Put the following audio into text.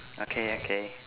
okay okay